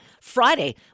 Friday